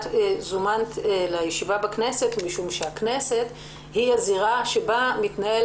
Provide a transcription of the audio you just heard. את זומנת לישיבה בכנסת משום שהכנסת היא הזירה שבה מתנהל